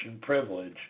privilege